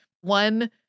One